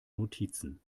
notizen